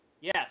Yes